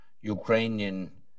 Ukrainian